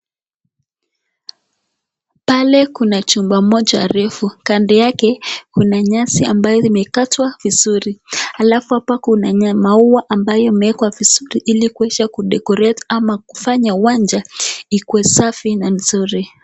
Ple kuna chumba moja refu kando yake kuna nyasi ambaye imekatwa vizuri, alafu hapa kuna maua ambayo imewekwa vizuri ili kuweza ku[c]decorate ama kufanya uwanja ikuwe safi na mzuri.